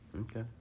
Okay